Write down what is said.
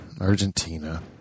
Argentina